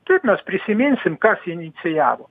taip mes prisiminsim kas inicijavo